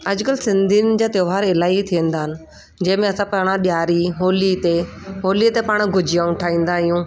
अॼु कल्ह सिंधियुनि जा त्योहार इलाही थी वेंदा आहिनि जंहिंमें असां पाण ॾियारी होली ते होलीअ ते पाण गुजियाऊं ठाहींदा आहियूं